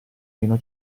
meno